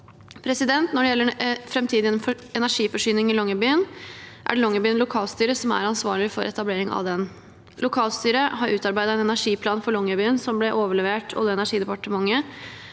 Når det gjelder framtidig energiforsyning i Longyearbyen, er det Longyearbyen lokalstyre som er ansvarlig for etableringen av den. Lokalstyret har utarbeidet en energiplan for Longyearbyen som ble overlevert Olje- og energidepartementet